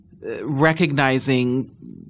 recognizing